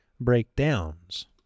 breakdowns